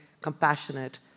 compassionate